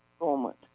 moment